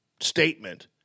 statement